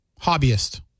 hobbyist